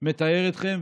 מטהר אתכם.